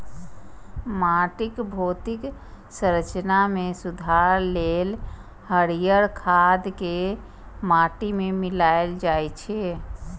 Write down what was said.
माटिक भौतिक संरचना मे सुधार लेल हरियर खाद कें माटि मे मिलाएल जाइ छै